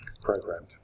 programmed